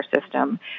system